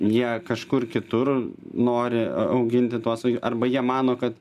jie kažkur kitur nori a auginti tuos vai arba jie mano kad